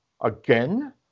again